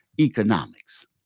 economics